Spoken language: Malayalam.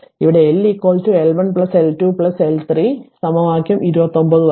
ഇവിടെ L L 1 plus L 2 plus L 3 സമവാക്യം 29 വരെ